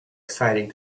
exciting